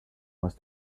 was